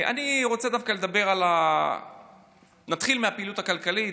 אני רוצה, דווקא נתחיל מהפעילות הכלכלית.